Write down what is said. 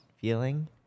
feeling